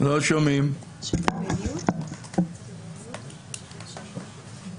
כה בדיון אין לי מה